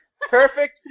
perfect